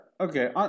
okay